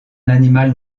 animal